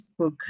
facebook